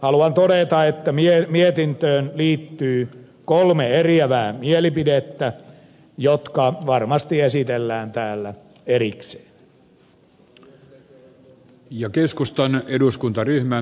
haluan todeta että mietintöön liittyy kolme eriävää mielipidettä jotka varmasti esitellään täällä erikseen